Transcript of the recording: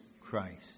Christ